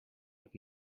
but